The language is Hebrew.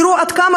תראו עד כמה,